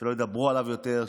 שלא ידברו עליו יותר,